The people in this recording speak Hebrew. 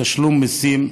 תשלום מיסים,